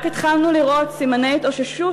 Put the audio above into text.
רק התחלנו לראות סימני התאוששות,